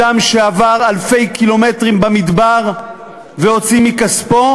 אדם שעבר אלפי קילומטרים במדבר והוציא מכספו,